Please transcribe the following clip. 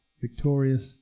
victorious